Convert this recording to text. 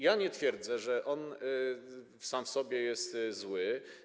Ja nie twierdzę, że on sam w sobie jest zły.